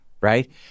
Right